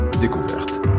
découverte